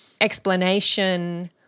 explanation